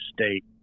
State